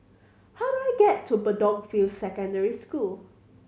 how do I get to Bedok View Secondary School